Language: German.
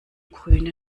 grüne